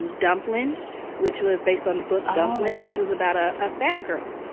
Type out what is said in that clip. dumplin' which was based on the book dumplin', which was about a ah fat girl.